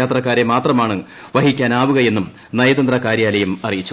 യാത്രക്കാരെ ചുരു്ക്കം മാത്രമാണ് വഹിക്കാനാവുകയെന്നും നയതന്ത്ര കാര്യാലയം അറിയിച്ചു